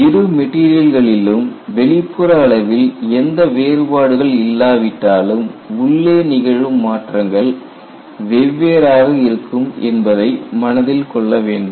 இரு மெட்டீரியல்களிலும் வெளிப்புற அளவில் எந்த வேறுபாடுகள் இல்லாவிட்டாலும் உள்ளே நிகழும் மாற்றங்கள் வெவ்வேறாக இருக்கும் என்பதை மனதில் கொள்ள வேண்டும்